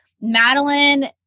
Madeline